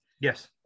yes